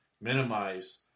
minimize